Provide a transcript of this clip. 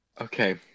Okay